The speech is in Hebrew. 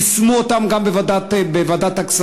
יישמו אותה גם בוועדת הכספים.